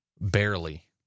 Barely